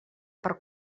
per